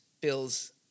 Bills